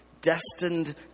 destined